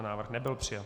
Návrh nebyl přijat.